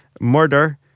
murder